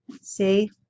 See